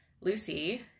Lucy